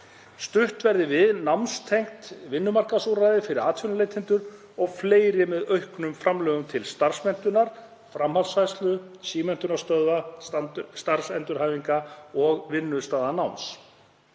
Stutt verði við námstengd vinnumarkaðsúrræði fyrir atvinnuleitendur og fleiri með auknum framlögum til starfsmenntunar, framhaldsfræðslu, símenntunarstöðva, starfsendurhæfingar og vinnustaðanáms.